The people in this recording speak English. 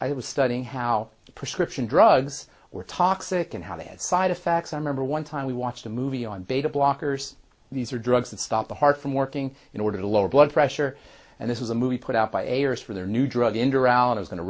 i was studying how prescription drugs were toxic and how they had side effects i remember one time we watched a movie on beta blockers these are drugs that stop the heart from working in order to lower blood pressure and this was a movie put out by ayers for their new drug interaction is going to